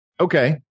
Okay